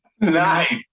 Nice